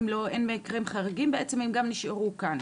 הם מקרים חריגים שבעצם הם גם נשארו כאן.